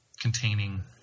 containing